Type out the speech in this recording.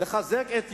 לחזק את ירושלים,